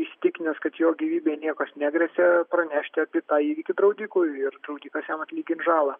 įsitikinęs kad jo gyvybei niekas negresia pranešti apie tą įvykį draudikui ir draudikas jam atlygins žalą